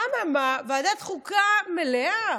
אממה, ועדת חוקה מלאה.